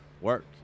work